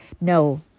no